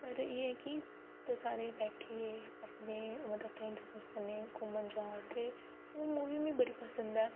ओह्दे'र एह् ऐ की तुस सारे बैठिये अपने मतलब की फ्रेंड्स फ्रूंड्स कन्नै घूमन जाना ते ओह् मूवी मी बड़ी पसंद ऐ